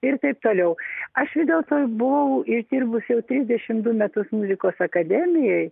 ir taip toliau aš vis dėlto buvau išdirbusi jau trisdešimt du metus muzikos akademijoj